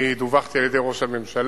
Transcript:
אני דווחתי על-ידי ראש הממשלה